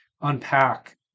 unpack